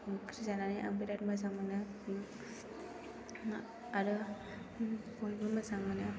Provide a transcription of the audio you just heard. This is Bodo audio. ओंख्रि जानानै आं बिराद मोजां मोनो आरो बयबो मोजां मोनो